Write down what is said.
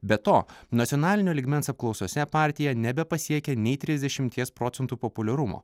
be to nacionalinio lygmens apklausose partija nebepasiekia nei trisdešimties procentų populiarumo